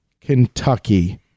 Kentucky